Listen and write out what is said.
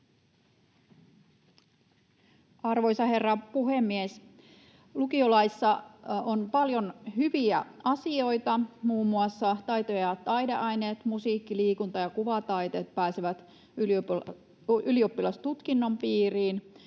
Arvoisa herra puhemies! Lukiolaissa on paljon hyviä asioita, muun muassa taito- ja taideaineet — musiikki, liikunta ja kuvataiteet — pääsevät ylioppilastutkinnon piiriin.